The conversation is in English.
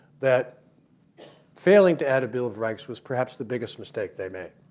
that failing to add a bill of rights was perhaps the biggest mistake they made.